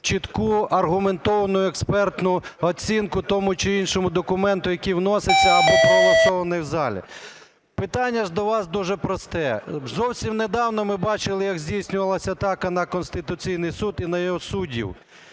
чітку, аргументовану експертну оцінку тому чи іншому документу, який вноситься або проголосований в залі. Питання ж до вас дуже просте. Зовсім недавно ми бачили, як здійснювалась атака на Конституційний Суд і на його суддів.